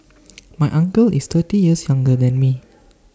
my uncle is thirty years younger than me